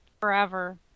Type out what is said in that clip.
forever